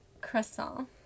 croissant